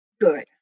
good